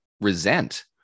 resent